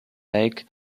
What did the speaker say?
lake